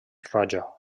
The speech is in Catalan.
roja